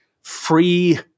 free